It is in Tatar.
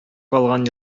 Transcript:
калган